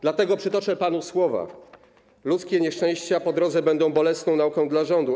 Dlatego przytoczę panu słowa: Ludzkie nieszczęścia po drodze będą bolesną nauką dla rządu.